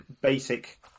basic